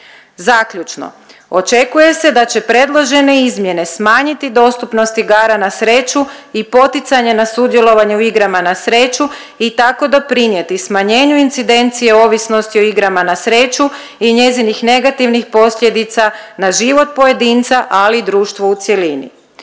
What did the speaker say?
Zaključno, očekuje se da će predložene izmjene smanjiti dostupnost igara na sreću i poticanje na sudjelovanje u igrama na sreću i tako doprinijeti smanjenju incidencije ovisnosti o igrama na sreću i njezinih negativnih posljedica na život pojedinca, ali i društvo u cjelini.